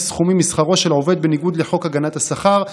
סכומים משכרו של עובד בניגוד לחוק הגנת השכר,